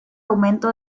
aumento